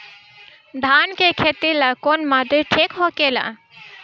धान के खेती ला कौन माटी ठीक होखेला?